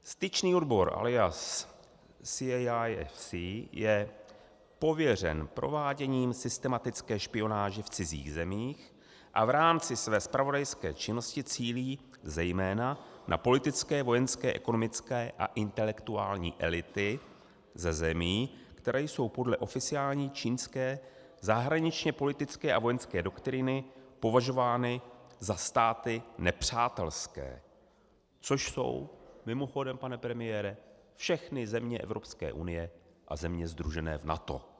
Styčný odbor alias CAIFC je pověřen prováděním systematické špionáže v cizích zemích a v rámci své zpravodajské činnosti cílí zejména na politické, vojenské, ekonomické a intelektuální elity ze zemí, které jsou podle oficiální čínské zahraničněpolitické a vojenské doktríny považovány za státy nepřátelské, což jsou mimochodem, pane premiére, všechny země Evropské unie a země sdružené v NATO.